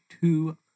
two